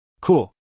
Cool